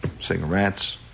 cigarettes